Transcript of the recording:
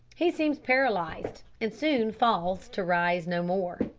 he seems paralysed and soon falls to rise no more.